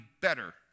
better